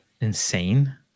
insane